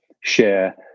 share